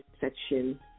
section